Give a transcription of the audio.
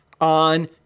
on